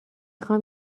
خوام